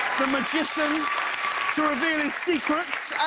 the magician to reveal his secrets!